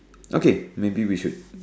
okay maybe we should